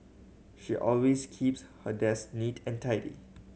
she always keeps her desk neat and tidy